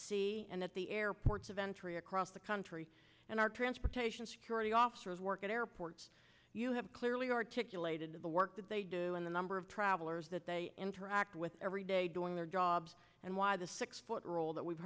sea and at the airports of entry across the country and our transportation security officers work at airports you have clearly articulated the work that they do and the number of travelers that they interact with every day doing their jobs and why the six foot rule that we've